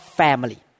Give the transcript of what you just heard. family